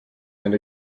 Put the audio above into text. and